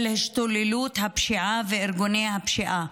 על השתוללות הפשיעה וארגוני הפשיעה.